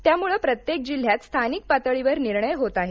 त्यामुळे प्रत्येक जिल्ह्यात स्थानिक पातळीवर निर्णय होतो आहे